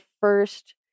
first